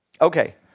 Okay